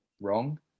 wrong